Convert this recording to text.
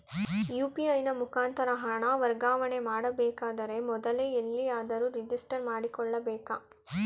UPI ನ ಮುಖಾಂತರ ಹಣ ವರ್ಗಾವಣೆ ಮಾಡಬೇಕಾದರೆ ಮೊದಲೇ ಎಲ್ಲಿಯಾದರೂ ರಿಜಿಸ್ಟರ್ ಮಾಡಿಕೊಳ್ಳಬೇಕಾ?